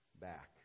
back